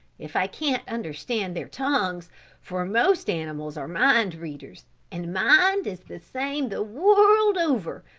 if i can't understand their tongues for most animals are mind readers and mind is the same the world over,